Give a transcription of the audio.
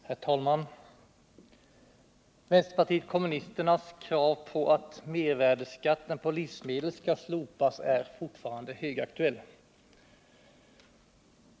Herr talman! Vänsterpartiet kommunisternas krav på att mervärdeskatten på livsmedel skall slopas är fortfarande högaktuellt.